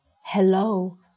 Hello